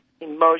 emotion